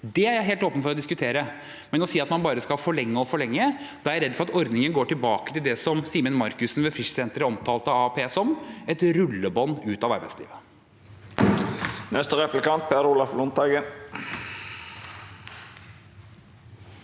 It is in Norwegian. Det er jeg helt åpen for å diskutere, men hvis man bare skal forlenge og forlenge er jeg redd for at ordningen går tilbake til det Simen Markussen ved Frischsenteret omtalte AAP som: et rullebånd ut av arbeidslivet. Per Olaf Lundteigen